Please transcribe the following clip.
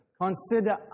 Consider